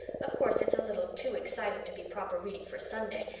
of course it's a little too exciting to be proper reading for sunday,